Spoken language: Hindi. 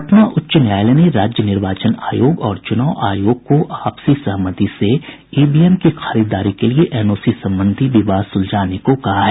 पटना उच्च न्यायालय ने राज्य निर्वाचन आयोग और चुनाव आयोग को आपसी सहमति से ईवीएम की खरीददारी के लिए एनओसी संबंधी विवाद सुलझाने को कहा है